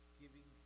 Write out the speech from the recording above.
giving